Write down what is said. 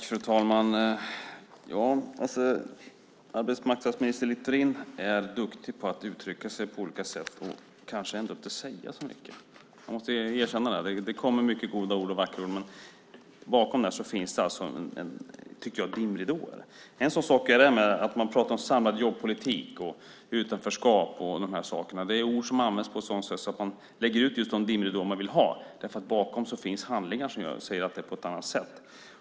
Fru talman! Arbetsmarknadsminister Littorin är duktig på att uttrycka sig på olika sätt och ändå kanske inte säga så mycket. Jag ska erkänna det. Det kommer mycket goda och vackra ord, men bakom dem finns det dimridåer. En sådan sak är att man talar om samlad jobbpolitik, utanförskap och sådana saker. Det är ord som används på ett sådant sätt att man lägger ut just de dimridåer man vill ha. Bakom finns handlingar som säger att det är på ett annat sätt.